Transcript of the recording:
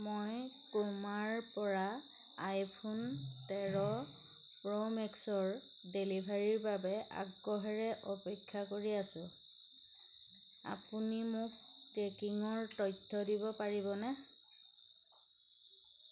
মই ক্ৰোমাৰপৰা আইফোন তেৰ প্ৰ'মেক্সৰ ডেলিভাৰীৰ বাবে আগ্ৰহেৰে অপেক্ষা কৰি আছোঁ আপুনি মোক ট্ৰেকিঙৰ তথ্য দিব পাৰিবনে